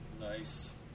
Nice